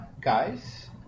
guys